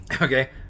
okay